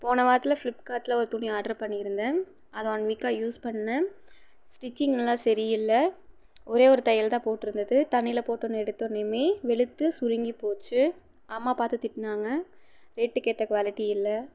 போன வாரத்தில் ஃப்ளிப்கார்டில் ஒரு துணி ஆர்ட்ரு பண்ணியிருந்தேன் அதை ஒன் வீக்காகா யூஸ் பண்ணிணேன் ஸ்டிச்சிங் எல்லாம் சரி இல்லை ஒரே ஒரு தையல் தான் போட்டிருந்தது தண்ணியில் போட்டோன்னே எடுத்தோனையுமே வெளுத்து சுருங்கி போச்சு அம்மா பார்த்து திட்டினாங்க ரேட்டுக்கேற்ற குவாலிட்டி இல்லை